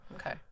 Okay